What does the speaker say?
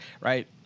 right